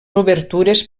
obertures